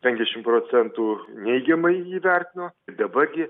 penkdešim procentų neigiamai jį įvertino daba gi